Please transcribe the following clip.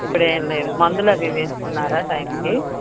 ఇప్పుడేమి లేదు మందులు అవీ వేసుకున్నారా టైమ్కి